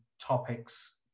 topics